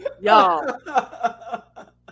y'all